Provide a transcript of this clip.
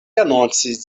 anoncis